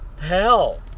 Hell